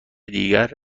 دیگر